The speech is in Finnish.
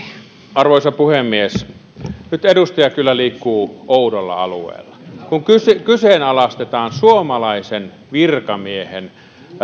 arvoisa puhemies nyt edustaja kyllä liikkuu oudolla alueella kun kyseenalaistetaan suomalaisen virkamiehen